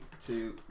two